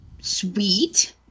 Sweet